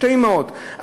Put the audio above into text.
שתי אימהות,